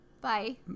Bye